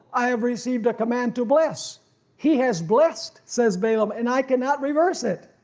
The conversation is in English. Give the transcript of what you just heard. i have received a command to bless he has blessed says balaam, and i cannot reverse it.